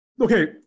okay